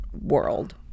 world